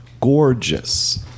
gorgeous